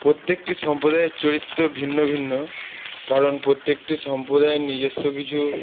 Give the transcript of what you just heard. প্রত্যেকটি সম্প্রদায়ের চরিত্র ভিন্ন ভিন্ন কারণ প্রত্যেকটি সম্প্রদায়ের নিজস্ব কিছু